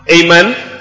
Amen